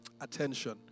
attention